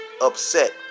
upset